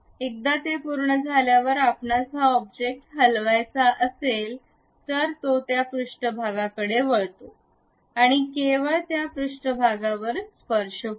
एकदा ते पूर्ण झाल्यावर आपणास हा ऑब्जेक्ट हलवायचा असेल तर तो त्या पृष्ठभागाकडे वळतो आणि केवळ त्या पृष्ठभागावर स्पर्श होतो